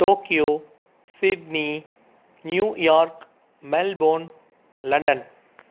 Tokyo Sydney New York Melbourne London